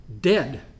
dead